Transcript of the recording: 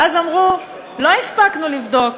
ואז אמרו: לא הספקנו לבדוק,